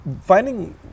Finding